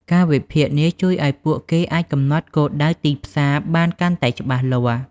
ការវិភាគនេះជួយឱ្យពួកគេអាចកំណត់គោលដៅទីផ្សារបានកាន់តែច្បាស់លាស់។